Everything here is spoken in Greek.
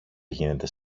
γίνεται